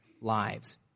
lives